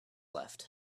left